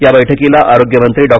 या बैठकीला आरोग्यमंत्री डॉ